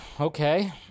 Okay